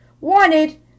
Wanted